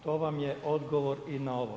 To vam je odgovor i na ovo.